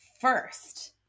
First